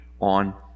on